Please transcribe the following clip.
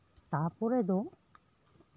ᱛᱟᱨᱯᱚᱨᱮ ᱫᱚ